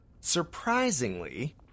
Surprisingly